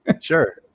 sure